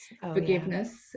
Forgiveness